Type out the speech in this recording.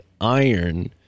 iron